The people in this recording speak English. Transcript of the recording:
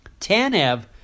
Tanev